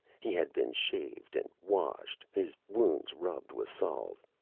he had been shaved and washed, his wounds rubbed with salve.